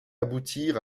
aboutir